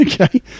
okay